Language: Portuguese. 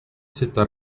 citar